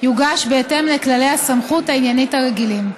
יוגש בהתאם לכללי הסמכות העניינית הרגילים.